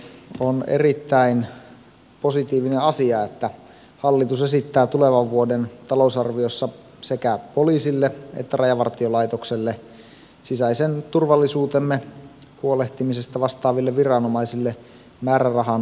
on erittäin positiivinen asia että hallitus esittää tulevan vuoden talousarviossa sekä poliisille että rajavartiolaitokselle sisäisen turvallisuutemme huolehtimisesta vastaaville viranomaisille määrärahan nostamista